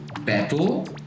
battle